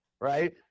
right